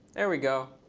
there we go.